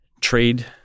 trade